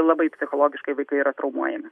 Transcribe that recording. labai psichologiškai vaikai yra traumuojami